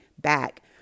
back